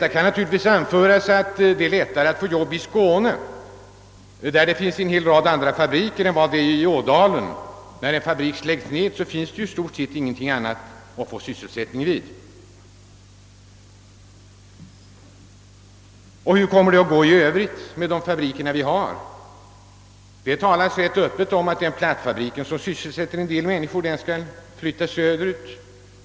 Man kan naturligtvis invända att det är lättare att få nytt jobb i Skåne, där det finns en hel rad andra fabriker, än i Ådalen. När en fabrik i Ådalen läggs ned finns det i stort sett inget annat företag som kan ge de friställda sysselsättning. Och hur kommer det att gå med de fabriker som där ännu är kvar? Det talas ganska öppet om att platt fabriken som sysselsätter en hel del människor skall flyttas söderut.